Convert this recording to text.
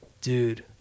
dude